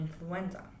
influenza